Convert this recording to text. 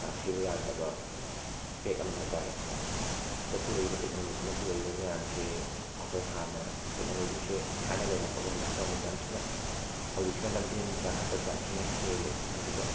ꯅꯊꯩꯕ ꯌꯥꯗ꯭ꯔꯕ ꯐꯦꯛ ꯑꯃꯅꯤ ꯍꯥꯏꯇꯔꯦ ꯁꯤꯗ ꯄꯨꯔꯛꯂꯤꯕ ꯇꯦꯛꯅꯣꯂꯣꯖꯤꯅ ꯄꯨꯔꯛꯏꯕ ꯃꯌꯥꯝꯁꯦ ꯑꯩꯈꯣꯏ ꯍꯥꯟꯅ ꯇꯦꯛꯅꯣꯂꯣꯖꯤꯁꯦ ꯊꯥꯏꯅ ꯂꯩꯔꯝꯕꯒ ꯍꯧꯖꯤꯛꯀ ꯑꯃꯨꯛ ꯌꯥꯝ ꯊꯤꯅ ꯍꯧꯖꯤꯛꯁꯤꯅ ꯂꯝꯖꯦꯜ ꯌꯥꯡꯈꯠꯄꯁꯦ ꯌꯥꯝ ꯊꯤꯅ ꯍꯦꯜꯂꯤ ꯑꯗꯨꯒ